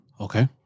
Okay